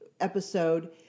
episode